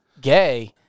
gay